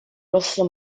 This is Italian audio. rosso